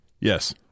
Yes